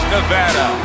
Nevada